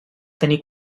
tenir